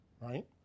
right